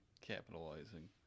Capitalizing